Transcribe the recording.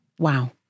Wow